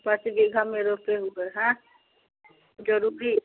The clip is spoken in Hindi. पाँच बीघा में रोपे हुए हैं ज़रूरी